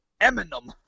Eminem